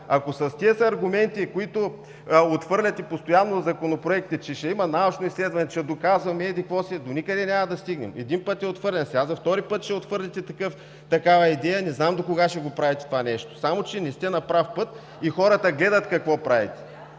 „Ако с тези аргументи, с които отхвърляте постоянно законопроекти, че ще има научни изследвания, че доказваме еди-какво си, до никъде няма да стигнем“. Един път е отхвърлен, сега за втори път ще отхвърлите такава идея, не знам докога ще го правите това нещо! Само че не сте на прав път и хората гледат какво правите.